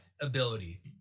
ability